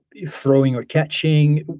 throwing or catching?